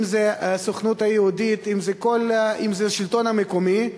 אם זה הסוכנות היהודית, אם זה השלטון המקומי,